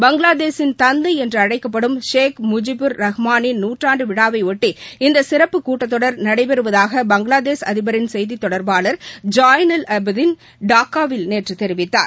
பங்களாதேஷின் தந்தை என்று அழைக்கப்படும் ஷேக் முஜிபுர் ரஹ்மானின் நூற்றாண்டு விழாவையொட்டி இந்த சிறப்புக் கூட்டத்தொடர் நடைபெறுவதாக பங்களாதேஷ் அதிபரின் செய்தித் தொடர்பாளர் ஜாய்னல் அபதீன் டாக்காவில் நேற்று தெரிவித்தார்